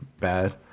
bad